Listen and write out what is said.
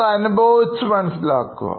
അത് അനുഭവിച്ച് മനസ്സിലാക്കുക